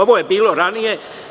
Ovo je bilo ranije.